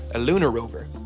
a lunar rover.